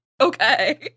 okay